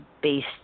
based